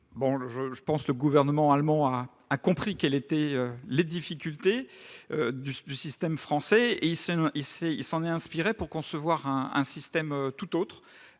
forme de CIR. Le Gouvernement allemand a compris quelles étaient les difficultés du système français et s'en est inspiré pour concevoir un dispositif tout autre,